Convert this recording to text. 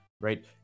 right